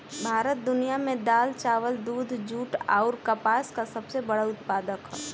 भारत दुनिया में दाल चावल दूध जूट आउर कपास का सबसे बड़ा उत्पादक ह